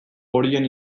horien